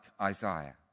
Isaiah